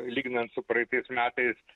lyginant su praeitais metais